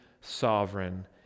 sovereign